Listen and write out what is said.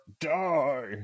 die